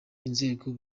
inzego